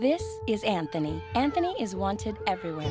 this is anthony anthony is wanted everyone